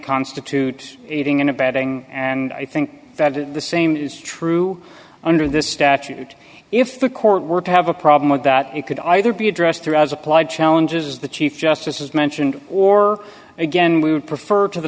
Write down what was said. constitute aiding and abetting and i think that is the same is true under this statute if the court were to have a problem with that it could either be addressed through as applied challenges as the chief justice has mentioned or again we would prefer to the